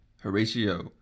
Horatio